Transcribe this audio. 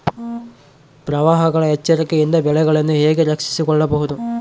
ಪ್ರವಾಹಗಳ ಎಚ್ಚರಿಕೆಯಿಂದ ಬೆಳೆಗಳನ್ನು ಹೇಗೆ ರಕ್ಷಿಸಿಕೊಳ್ಳಬಹುದು?